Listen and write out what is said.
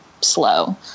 slow